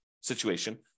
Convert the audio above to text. situation